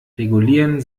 regulieren